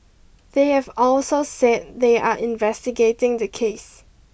they have also said they are investigating the case